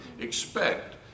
Expect